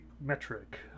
metric